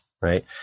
Right